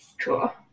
Cool